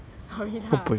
sorry lah